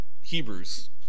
Hebrews